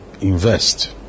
invest